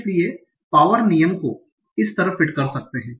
इसलिए पावर नियम को इस तरह फिट कर सकते है